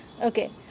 Okay